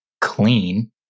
clean